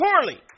poorly